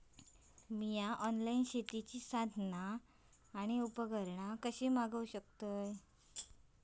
मी online शेतीची साधना आणि उपकरणा कशी मागव शकतय?